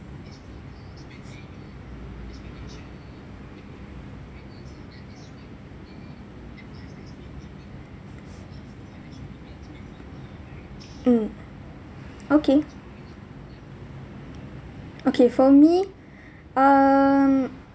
mm okay okay for me um